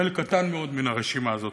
חלק קטן מאוד מהרשימה הזאת.